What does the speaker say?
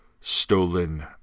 Stolen